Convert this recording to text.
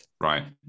Right